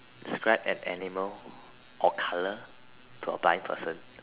describe an animal or color to a blind person